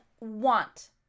want